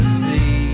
see